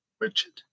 Richard